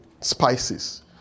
spices